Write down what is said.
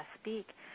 speak